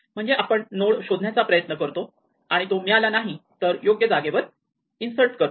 म्हणजे आपण शोधण्याचा प्रयत्न करतो आणि तो मिळाला नाही तर योग्य जागेवर इन्सर्ट करतो